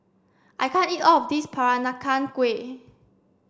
I can't eat all of this Peranakan Kueh